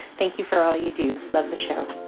thank you for all you do. love the show